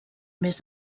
més